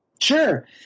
Sure